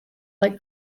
like